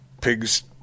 pigs